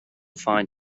find